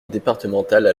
départementale